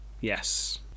Yes